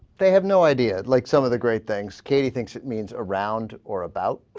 they have no idea i'd like some of the great things katie thinks it means around or about